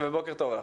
בוקר טוב.